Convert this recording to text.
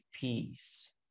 peace